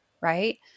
right